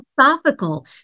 philosophical